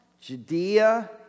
Judea